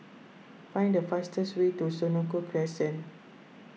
find the fastest way to Senoko Crescent